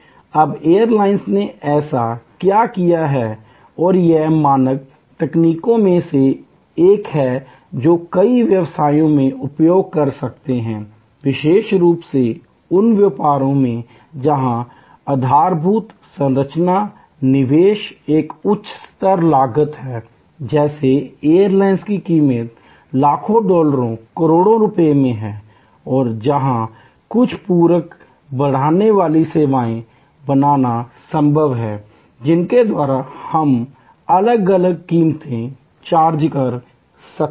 अब एयरलाइंस ने ऐसा क्या किया है और यह मानक तकनीकों में से एक है जो कई व्यवसायों में उपयोग कर सकते हैं विशेष रूप से उन व्यापारों में जहां आधारभूत संरचना निवेश एक उच्च लागत है जैसे एयरलाइन की कीमत लाखों डॉलर करोड़ों रुपये है और जहां कुछ पूरक बढ़ाने वाली सेवाएं बनाना संभव है जिनके द्वारा हम अलग अलग कीमतें चार्ज कर सकते हैं